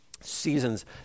seasons